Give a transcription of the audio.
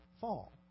fall